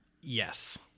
Yes